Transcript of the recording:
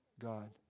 God